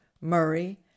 Murray